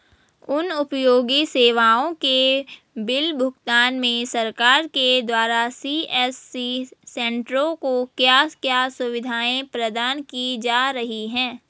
जन उपयोगी सेवाओं के बिल भुगतान में सरकार के द्वारा सी.एस.सी सेंट्रो को क्या क्या सुविधाएं प्रदान की जा रही हैं?